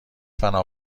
فنا